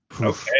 okay